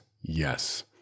yes